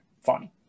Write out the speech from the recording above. fun